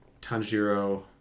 Tanjiro